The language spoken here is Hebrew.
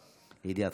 לידיעתך.